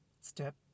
step